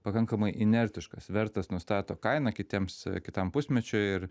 pakankamai inertiškas vertas nustato kainą kitiems kitam pusmečiui ir